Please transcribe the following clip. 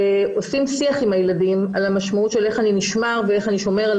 עושים שיח עם הילדים על המשמעות של איך אני נשמר ואיך אני שומר על